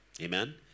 amen